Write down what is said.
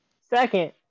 Second